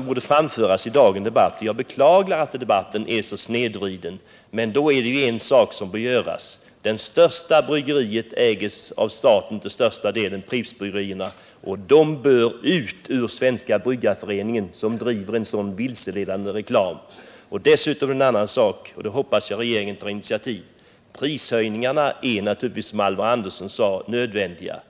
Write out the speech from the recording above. borde framföras i dagens debatt, och jag beklagar att debatten är så snedvriden. Bl.a. en åtgärd bör vidtagas. Det största bryggeriföretaget ägs till övervägande del av staten. Det är Prippsbrygge rierna, och de bör ut ur Svenska bryggareföreningen, som driver en sådan vilseledande reklam. Slutligen ytterligare en sak — och där hoppas jag att regeringen tar initiativet. Prishöjningar är naturligtvis, som Alvar Andersson sade, nödvändiga.